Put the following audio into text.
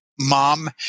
mom